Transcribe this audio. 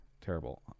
terrible